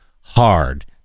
hard